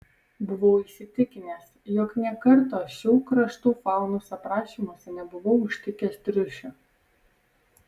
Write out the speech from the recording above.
buvau įsitikinęs jog nė karto šių kraštų faunos aprašymuose nebuvau užtikęs triušio